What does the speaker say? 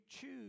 choose